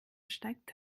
steigt